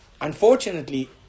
Unfortunately